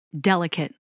delicate